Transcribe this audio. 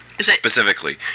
specifically